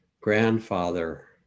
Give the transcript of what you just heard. Grandfather